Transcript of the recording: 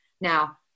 Now